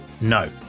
No